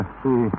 see